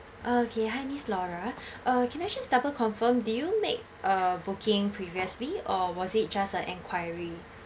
okay hi miss laura uh can I just double confirm did you make a booking previously or was it just a enquiry